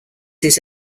his